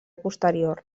posterior